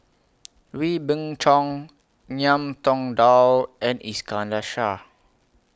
Wee Beng Chong Ngiam Tong Dow and Iskandar Shah